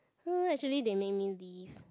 actually they make me leave